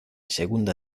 segunda